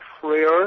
prayer